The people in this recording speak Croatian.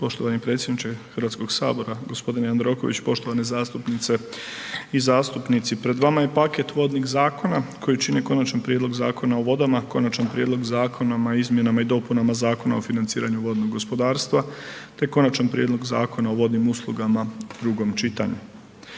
Poštovani predsjedniče Hrvatskog sabora gospodine Jandroković, poštovane zastupnice i zastupnici pred vama je paket vodnih zakona koji čine Konačan prijedlog Zakona o vodama, Konačan prijedlog Zakona o izmjenama i dopunama Zakona o financiranju vodnog gospodarstva te Konačan prijedlog Zakona o vodnim uslugama u drugom čitanju.